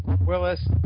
Willis